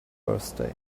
birthday